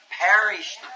perished